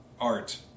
art